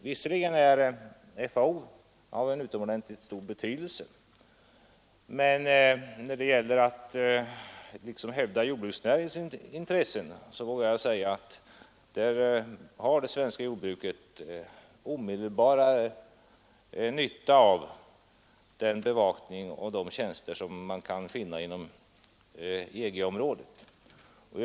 Visserligen är FAO av mycket stor betydelse, men när det gäller att hävda jordbruksnäringens intressen vågar jag säga att det svenska jordbruket har omedelbar nytta av den bevakning och de tjänster som man kan få inom EG-området.